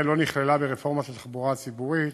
לא נכללה ברפורמת התחבורה הציבורית,